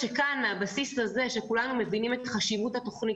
הבסיס לזה הוא שכולנו מבינים את חשיבות התוכנית